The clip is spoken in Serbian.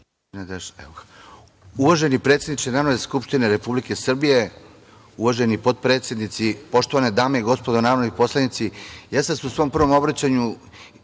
Uvaženi predsedniče Narodne skupštine Republike Srbije, uvaženi potpredsednici, poštovane dame i gospodo narodni poslanici, ja sam u svom prvom obraćanju